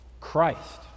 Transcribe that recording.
Christ